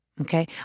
Okay